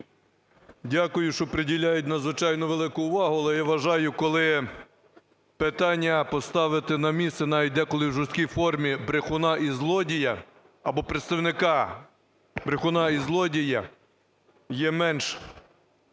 Дякую, що приділяють надзвичайно велику увагу. Але, я вважаю, коли питання поставити на місце, навіть деколи в жорсткій формі, брехуна і злодія або представника брехуна і злодія, є менш